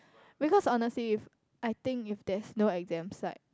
because honestly if I think if there's no exams like